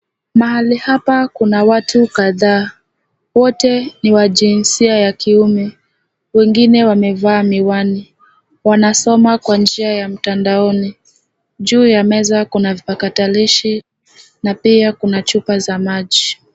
Mahali hapa kuna watu kadhaa, wote ni wa jinsia ya kiume. Wengine wamevaa miwani. Wanasoma kwa njia ya mtandaoni. Juu ya meza kuna vipakatalishi, na pia kuna chupa za maji.